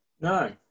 No